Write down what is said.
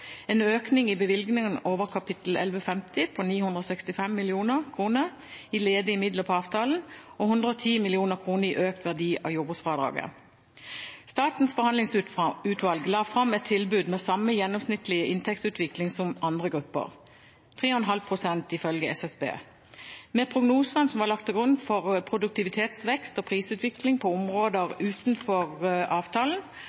en økning i bevilgningene over kap. 1150 på 965 mill. kr i ledige midler på avtalen og 110 mill. kr i økt verdi av jordbruksfradraget. Statens forhandlingsutvalg la fram et tilbud med samme gjennomsnittlige inntektsutvikling som andre grupper, 3,5 pst., ifølge SSB. Med prognosene som var lagt til grunn for produktivitetsvekst og prisutvikling på